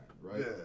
Right